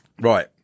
Right